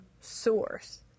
source